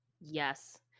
Yes